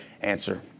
answer